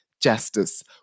justice